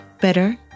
Better